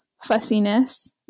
fussiness